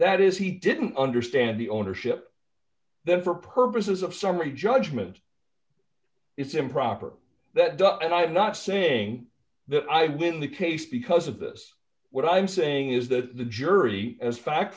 that is he didn't understand the ownership then for purposes of summary judgment it's improper that done and i'm not saying that i've been the case because of this what i'm saying is that the jury as fact